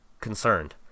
concerned